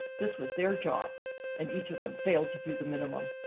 this was their job and each of them failed to do the minimum.